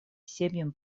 семьям